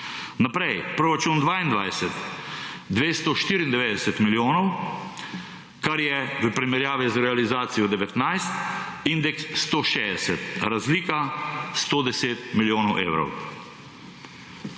Naprej, proračun 2022 – 294 milijonov, kar je v primerjavi z realizacijo 2019 indeks 160, razlika 110 milijonov evrov.